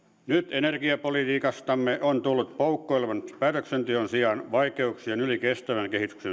energiapolitiikastamme on tullut poukkoilevan päätöksenteon sijaan vaalikausien yli kestävää